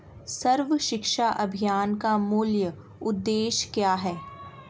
सर्व शिक्षा अभियान का मूल उद्देश्य क्या है?